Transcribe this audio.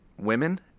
women